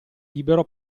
libero